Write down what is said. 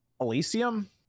Elysium